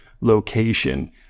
location